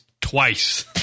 twice